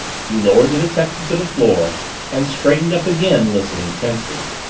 he lowered the detective to the floor and straightened up again, listening tensely.